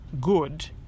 good